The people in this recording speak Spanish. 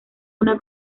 una